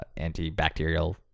antibacterial